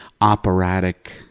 operatic